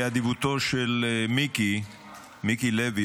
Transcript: באדיבותו של מיקי לוי,